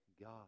God